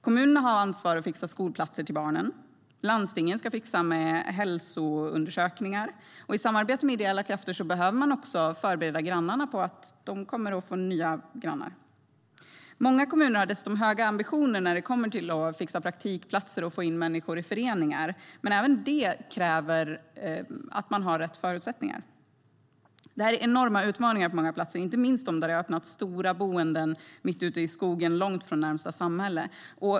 Kommunerna har ansvar för att fixa skolplatser till barnen. Landstingen ska fixa med hälsoundersökningar. Och i samarbete med ideella krafter behöver man också förbereda grannarna på att de kommer att få nya grannar. Många kommuner har dessutom höga ambitioner när det kommer till att fixa praktikplatser och få in människor i föreningar, men även det kräver att man har rätt förutsättningar. Det här är enorma utmaningar på många platser, inte minst där det har öppnats stora boenden mitt ute i skogen långt från närmaste samhälle.